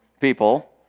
people